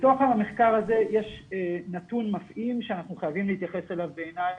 בתוך המחקר הזה יש נתון מפעים שאנחנו חייבים להתייחס אליו בעיניי,